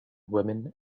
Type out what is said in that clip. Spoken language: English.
women